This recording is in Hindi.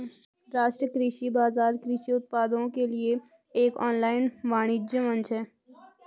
राष्ट्रीय कृषि बाजार कृषि उत्पादों के लिए एक ऑनलाइन वाणिज्य मंच है